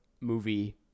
movie